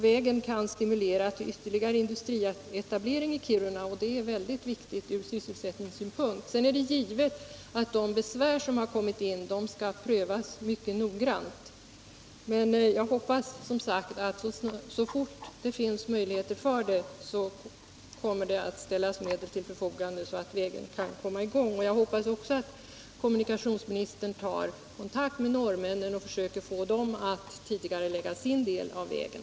Vägen kan också stimulera till ytterligare industrietablering i Kiruna och det är mycket viktigt ur sysselsättningssynpunkt. Sedan är det givet att de besvär som har kommit in skall prövas mycket noggrant. Men jag hoppas, som sagt, att det — så snart möjligheter finns —- kommer att ställas medel till förfogande så att vägbygget kan komma i gång. Jag hoppas också att kommunikationsministern tar kontakt med norrmännen och försöker få dem att tidigarelägga sin del av vägen.